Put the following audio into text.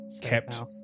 kept